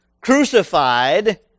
crucified